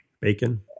Bacon